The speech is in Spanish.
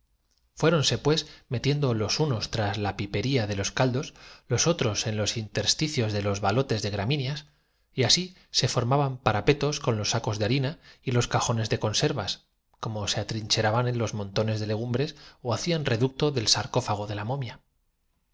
escondrijos fuéronse pues metiendo los unos tras la pipería de los caldos los otros en los intersticios de los balotes de gramíneas y así se formaban parapetos con los sacos de harina y los cajones de conservas como se atrincheraban en los montones de legumbres ó hacían reducto del sarcófago de la momia